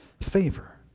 favor